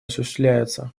осуществляется